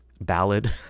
ballad